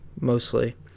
mostly